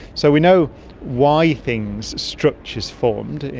so we know why things, structures formed,